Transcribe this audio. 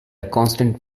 constant